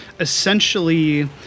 essentially